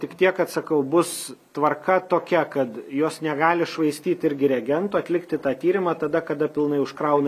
tik tiek kad sakau bus tvarka tokia kad jos negali švaistyt irgi regento atlikti tą tyrimą tada kada pilnai užkrauna